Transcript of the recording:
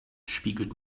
spiegelt